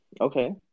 Okay